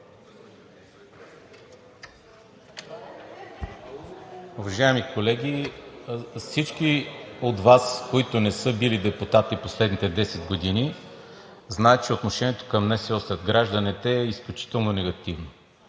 Уважаеми колеги, всички от Вас, които не са били депутати през последните 10 години, знаят, че отношението към НСО сред гражданите е изключително негативно